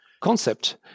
concept